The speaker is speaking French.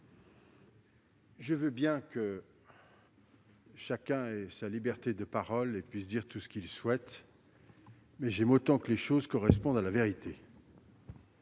je veux bien que chacun ait sa liberté de parole et puisse dire tout ce qu'il souhaite, mais j'aime autant que les choses correspondent à la vérité.